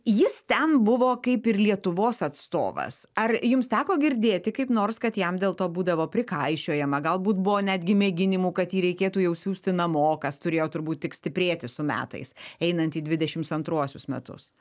jis ten buvo kaip ir lietuvos atstovas ar jums teko girdėti kaip nors kad jam dėl to būdavo prikaišiojama galbūt buvo netgi mėginimų kad jį reikėtų jau siųsti namo kas turėjo turbūt tik stiprėti su metais einant į dvidešims antruosius metus